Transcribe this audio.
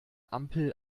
ampel